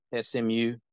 SMU